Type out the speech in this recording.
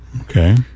Okay